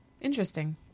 Interesting